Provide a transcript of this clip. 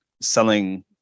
selling